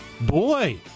Boy